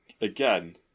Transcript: again